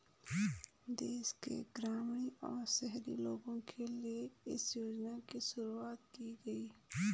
देश के ग्रामीण और शहरी लोगो के लिए इस योजना की शुरूवात की गयी